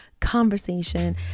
conversation